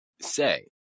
say